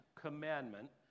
commandment